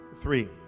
three